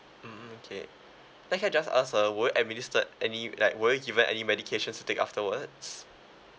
mm okay then can I just ask uh were you administered any like were you given any medications to take afterwards